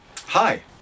Hi